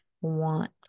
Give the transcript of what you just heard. want